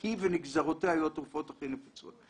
היא ונגזרותיה התרופות הכי נפוצות.